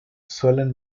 suelen